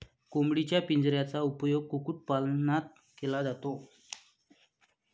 कोंबडीच्या पिंजऱ्याचा उपयोग कुक्कुटपालनात केला जातो